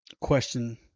question